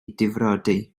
difrodi